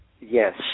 Yes